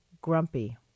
grumpy